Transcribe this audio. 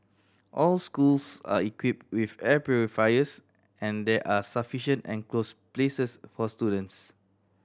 all schools are equipped with air purifiers and there are sufficient enclosed places for students